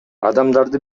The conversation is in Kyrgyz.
адамдарды